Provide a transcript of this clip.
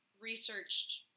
researched